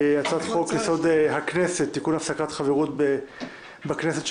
1. הצעת חוק-יסוד: הכנסת (תיקון הפסקת חברות בכנסת של